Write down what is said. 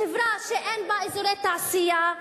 חברה שאין בה אזורי תעשייה,